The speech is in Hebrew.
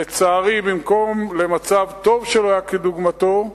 לצערי, במקום למצב טוב שלא היה טוב כדוגמתו,